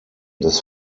des